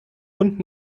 und